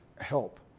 help